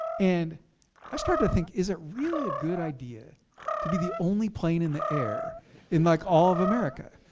and i started to think, is it really a good idea to be the only plane in the air in like all of america?